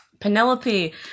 Penelope